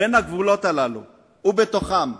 בין הגבולות הללו ובתוכם.